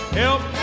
help